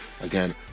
Again